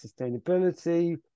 sustainability